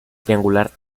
triangular